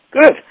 Good